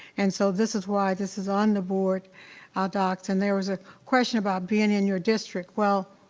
and so this is why this is on the board ah docs. and there was a question about being in your district, well,